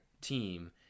team